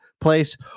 place